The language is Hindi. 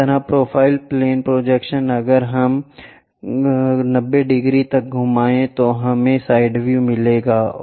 इसी तरह प्रोफाइल प्लेन प्रोजेक्शन अगर हम आह को 90 डिग्री तक घुमाएंगे तो हमें साइड व्यू मिलेगा